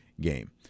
game